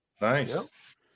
Nice